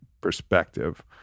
perspective